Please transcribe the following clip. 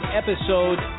episode